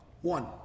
One